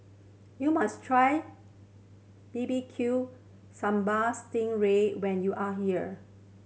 you must try bbq sambal sting ray when you are here